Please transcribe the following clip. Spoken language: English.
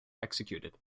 executed